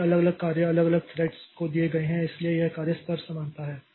इसलिए अलग अलग कार्य अलग अलग थ्रेड्स को दिए गए हैं इसलिए यह कार्य स्तर समानता है